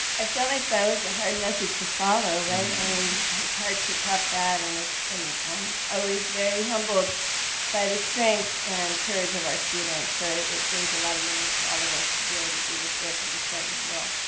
i feel like that was a hard message to follow, right? i mean it's hard to top that and it's always very humbled by the strength and courage of our students, so it brings a lot of meaning to all of us to be able to do this work and to share it with you all.